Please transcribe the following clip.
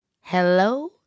Hello